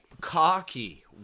Cocky